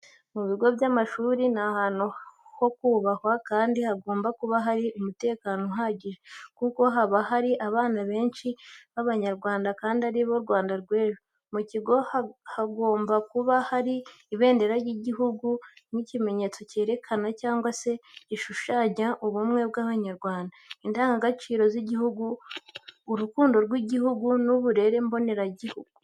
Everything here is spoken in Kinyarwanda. Mu bigo by'amashuri ni ahantu hokubwahwa kandi hagomba kuba hari umutekano uhagije kuko haba hari abana benshi b'Abanyarwanda kandi aribo Rwanda rw'ejo. Mu kigo haba hagomba kuba hari ibindera ry'igihugu nk'ikimenyetso cyerekana cyangwa se gishushanya ubumwe bw'Abanyarwanga, indangagaciro z'igihugu, urukundo rw'igihugu n'uburere mboneragihugu.